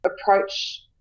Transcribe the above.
approach